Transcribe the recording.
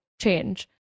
change